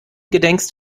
gedenkst